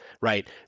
right